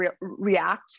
react